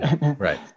right